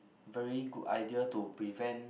very good idea to prevent